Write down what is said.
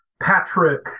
Patrick